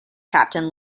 captain